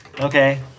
Okay